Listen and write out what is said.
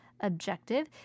objective